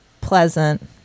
pleasant